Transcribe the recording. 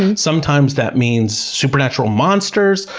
and sometimes that means supernatural monsters.